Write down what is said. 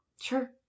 Sure